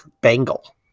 Bangle